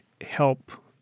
help